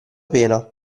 pena